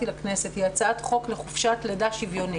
לכנסת היא הצעת חוק לחופשת לידה שוויונית.